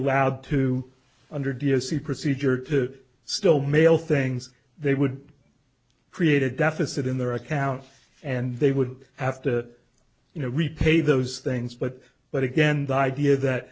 allowed to under d s e procedure to still mail things they would create a deficit in their accounts and they would have to you know repay those things but but again the idea that